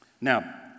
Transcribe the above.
Now